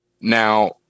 Now